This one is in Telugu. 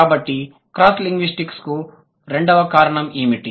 కాబట్టి క్రాస్ లింగ్విస్టిక్ కు రెండవ కారణం ఏమిటి